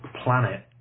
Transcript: planet